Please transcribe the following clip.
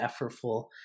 effortful